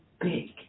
big